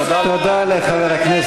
אתה יודע מה העניין?